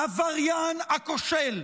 העבריין הכושל,